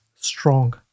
strong